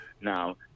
Now